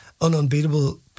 unbeatable